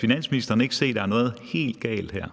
Finansministeren (Nicolai Wammen):